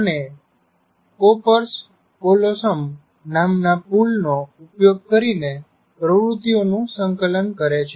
અને corpus callosum નામના પુલનો ઉપયોગ કરીને પ્રવૃત્તિઓનું સંકલન કરે છે